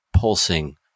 pulsing